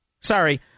Sorry